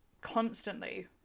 constantly